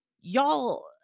y'all